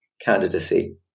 candidacy